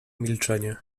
milczenie